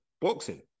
boxing